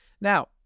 Now